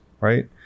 right